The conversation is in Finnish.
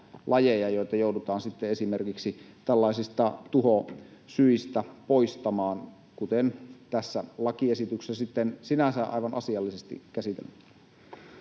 joita joudutaan sitten esimerkiksi tällaisista tuhosyistä poistamaan, kuten tässä lakiesityksessä sinänsä aivan asiallisesti on käsitelty.